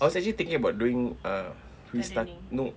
I was actually thinking about doing uh restart no